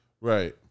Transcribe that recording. Right